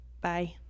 Bye